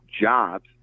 jobs